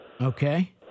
Okay